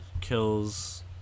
kills